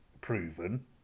proven